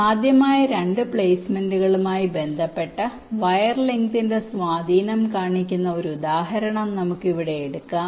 സാധ്യമായ 2 പ്ലെയ്സ്മെന്റുകളുമായി ബന്ധപ്പെട്ട് വയർ ലെങ്ങ്തിന്റെ സ്വാധീനം കാണിക്കുന്ന ഒരു ഉദാഹരണം നമുക്ക് ഇവിടെ എടുക്കാം